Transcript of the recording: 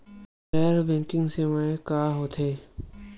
गैर बैंकिंग सेवाएं का होथे?